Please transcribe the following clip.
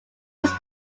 was